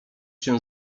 się